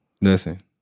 Listen